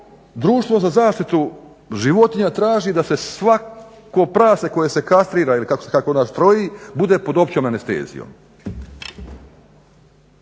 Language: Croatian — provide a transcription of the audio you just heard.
Društvo za zaštitu životinja traži da se svako prase koje se kastrira ili kako se kaže štroji bude pod općom anestezijom.